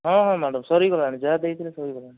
ହଁ ହଁ ମ୍ୟାଡାମ ସରିଗଲାଣି ଯାହା ଦେଇଥିଲେ ସରିଗଲାଣି